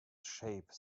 shape